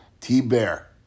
T-Bear